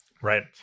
right